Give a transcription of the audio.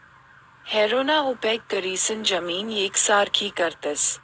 हॅरोना उपेग करीसन जमीन येकसारखी करतस